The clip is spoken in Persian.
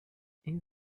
این